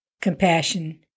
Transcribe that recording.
compassion